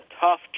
tough